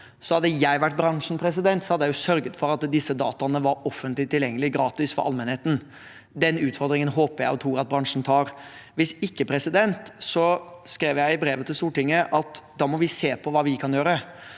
hadde jeg vært bransjen, hadde jeg sørget for at disse dataene var offentlig tilgjengelige – gratis – for allmennheten. Den utfordringen håper og tror jeg at bransjen tar. Hvis ikke må vi, som jeg skrev i brevet til Stortinget, se på hva vi kan gjøre,